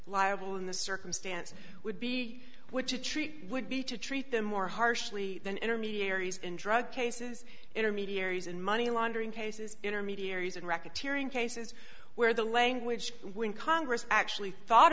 liable in the circumstances would be which a treaty would be to treat them more harshly than intermediaries in drug cases intermediaries and money laundering cases intermediaries and record tearing cases where the language when congress actually thought